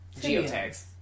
Geotags